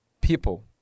people